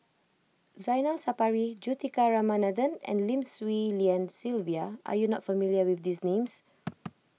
Zainal Sapari Juthika Ramanathan and Lim Swee Lian Sylvia are you not familiar with these names